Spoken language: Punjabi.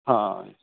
ਹਾਂ